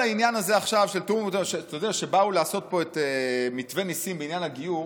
אתה יודע שכשבאו לעשות פה את מתווה ניסים בעניין הגיור,